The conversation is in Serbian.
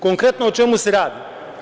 Konkretno o čemu se radi.